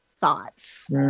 thoughts